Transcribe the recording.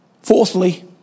fourthly